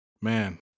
Man